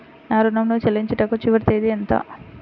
నా ఋణం ను చెల్లించుటకు చివరి తేదీ ఎంత?